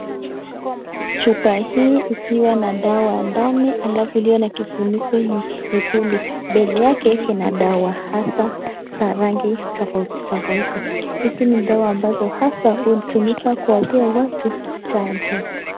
Chupa hii ikiwa na dawa ndani alafu iliyo na kifuniko nyekundu. Mbele yake kuna dawa hasa za rangi tofauti tofauti. Hizi ni dawa ambazo hasa zilitumika kuwapa watu chanjo.